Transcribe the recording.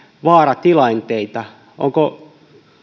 vaaratilanteita onko